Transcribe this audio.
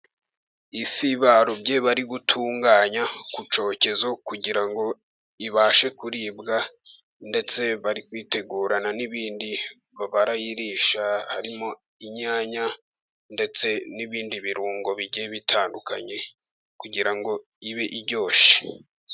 Ifi barobye bari gutunganya, ku cyokezo, kugira ngo ibashe kuribwa, ndetse bari kuyitegurana n'ibindi barayirisha, harimo inyanya ndetse n'ibindi birungo bigiye bitandukanye, kugira ngo ibe iryoshye.